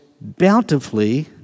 bountifully